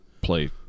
play